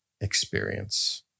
experience